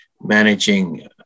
managing